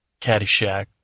caddyshack